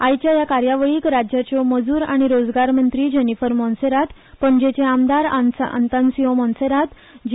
आयच्या ह्या कार्यावळीक राज्याच्यो मज़्र आनी रोजगार मंत्री जेनिफर मोन्सेरात पणजेचे आमदार आतानासिओ मोन्सेरात जी